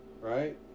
right